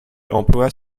emplois